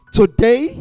today